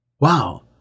Wow